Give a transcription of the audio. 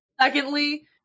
Secondly